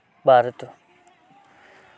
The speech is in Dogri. भारत